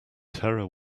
terror